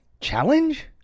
challenge